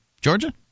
Georgia